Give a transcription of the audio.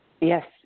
Yes